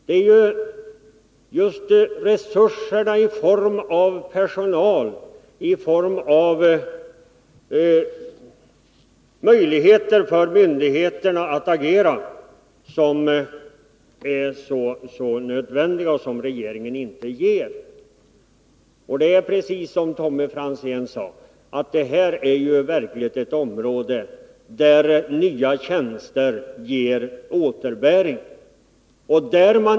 Det är resurserna i form av personal, i form av möjligheter för myndigheterna att agera, som är så nödvändiga och som regeringen inte ger. Det är precis så som Tommy Franzén sade: det här är verkligen ett område där nya tjänster ger återbäring.